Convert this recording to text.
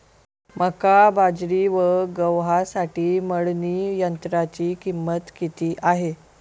मका, बाजरी व गव्हासाठी मळणी यंत्राची किंमत किती आहे?